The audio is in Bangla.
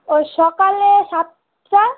ওই সকালে সাতটা